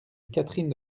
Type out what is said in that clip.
catherine